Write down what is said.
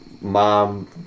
mom